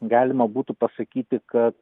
galima būtų pasakyti kad